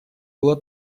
было